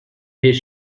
his